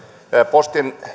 postin